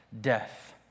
death